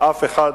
אף אחד,